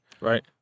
Right